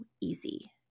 easy